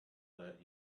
that